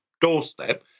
doorstep